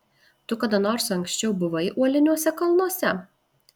tu kada nors anksčiau buvai uoliniuose kalnuose